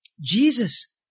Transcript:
Jesus